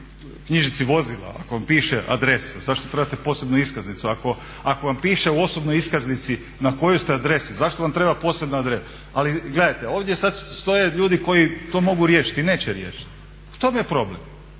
na knjižici vozila ako vam piše adresa zašto trebate posebnu iskaznicu? Ako vam piše u osobnoj iskaznici na kojoj ste adresi zašto vam treba posebna? Ali gledajte, ovdje sad stoje ljudi koji to mogu riješiti, neće riješiti. U tome je problem.